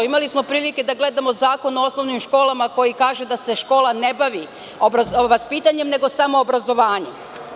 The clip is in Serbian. Imali smo prilike da gledamo Zakon o osnovnim školama koji kaže da se škola ne bavi vaspitanjem, nego samo obrazovanjem.